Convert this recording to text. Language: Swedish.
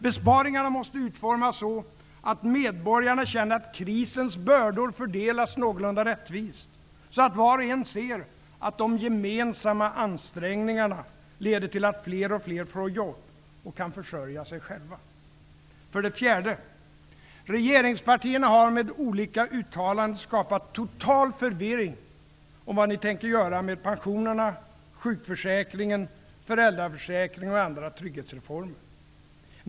Besparingarna måste utformas så att medborgarna känner att krisens bördor fördelas någorlunda rättvist, så att var och en ser att de gemensamma ansträngningarna leder till att fler och fler får jobb och kan försörja sig själva. För det fjärde: Regeringspartierna har med olika uttalanden skapat total förvirring om vad de tänker göra med pensionerna, sjukförsäkringen, föräldraförsäkringen och andra trygghetsreformer.